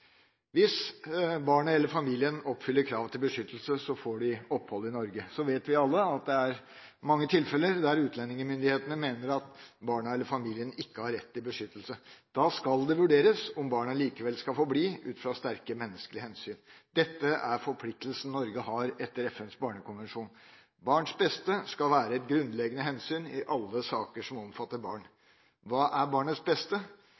Hvis barnet eller familien oppfyller kravet til beskyttelse, får de opphold i Norge. Så vet vi alle at det er mange tilfeller der utlendingsmyndighetene mener at barnet eller familien ikke har rett til beskyttelse. Da skal det vurderes om barnet får bli ut fra sterke menneskelige hensyn. Dette er en forpliktelse Norge har etter FNs barnekonvensjon. Barns beste skal være et grunnleggende hensyn i alle saker som omfatter barn. Hva er barnets beste?